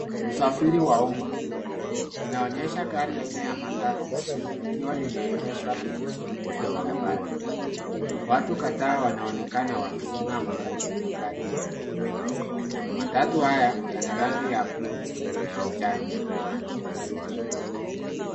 Usafiri wa umma unaonyesha gari aina ya matatu likiwa limeegeshwa pembezoni mwa barabara watu kadhaa wanaonekana wakisimama karibu na gari hilo. Matatu hayo yanarangi ya bluu na njano